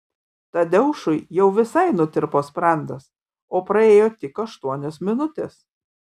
tadeušui jau visai nutirpo sprandas o praėjo tik aštuonios minutės